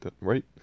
right